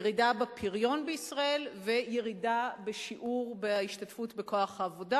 ירידה בפריון בישראל וירידה בשיעור בהשתתפות בכוח העבודה.